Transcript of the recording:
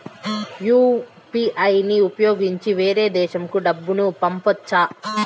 UPI ని ఉపయోగించి వేరే దేశంకు డబ్బును పంపొచ్చా?